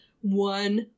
one